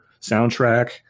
soundtrack